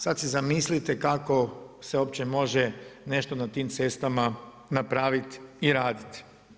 Sad si zamislite kako se uopće može nešto na tim cestama napraviti i raditi.